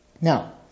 Now